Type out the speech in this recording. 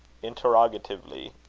interrogatively.